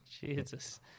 Jesus